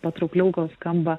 patraukliau skamba